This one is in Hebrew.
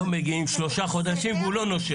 לא מגיעים שלושה חודשים והוא לא מוגדר לא מגיעים